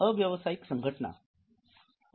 अव्यवसायिक संघटना उदा